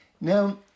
Now